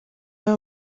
nabi